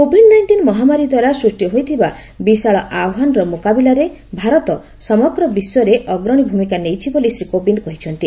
Covid nineteen ମହାମାରୀ ଦ୍ୱାରା ସୃଷ୍ଟି ହୋଇଥିବା ବିଶାଳ ଆହ୍ୱାନର ମୁକାବିଲା ପରେ ଭାରତ ସମଗ୍ର ବିଶ୍ୱରେ ଅଗ୍ରଣୀ ଭୂମିକା ନେଇଛି ବୋଲି ଶ୍ରୀ କୋବିନ୍ଦ କହିଛନ୍ତି